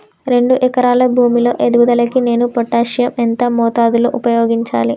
రెండు ఎకరాల భూమి లో ఎదుగుదలకి నేను పొటాషియం ఎంత మోతాదు లో ఉపయోగించాలి?